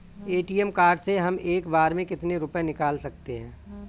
ATM card से हम एक बार में कितने रुपये निकाल सकते हैं?